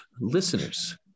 listeners